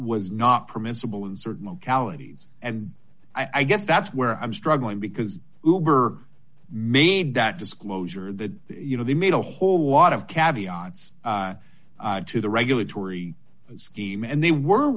was not permissible in certain localities and i guess that's where i'm struggling because hoover made that disclosure that you know they made a whole lot of caviar odds to the regulatory scheme and they were